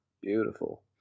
beautiful